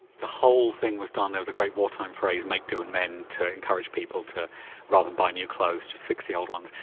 the whole thing was done, there was a great wartime phrase, make do and mend to encourage people to rather than buy new clothes just fix the old ones.